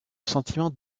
sentiment